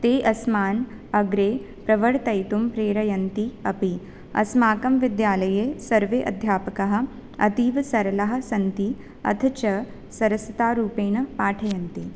ते अस्मान् अग्रे प्रवर्तयितुं प्रेरयन्ति अपि अस्माकं विद्यालये सर्वे अध्यापकाः अतीवसरलाः सन्ति अथ च सरसतारूपेण पाठयन्ति